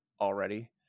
already